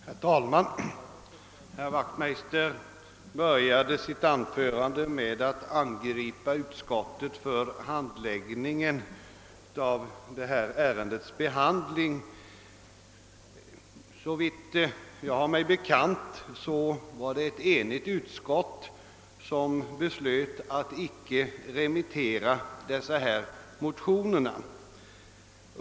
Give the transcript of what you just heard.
Herr talman! Herr Wachtmeister började sitt anförande med att angripa utskottet för handläggningen av föreliggande ärende. Såvitt jag har mig bekant var det ett enigt utskott som beslöt att icke remittera de motioner det här gäller.